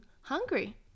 hungry